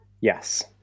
Yes